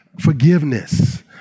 Forgiveness